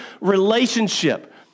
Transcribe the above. relationship